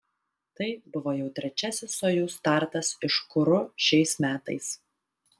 tai buvo jau trečiasis sojuz startas iš kuru šiais metais